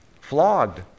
flogged